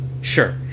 Sure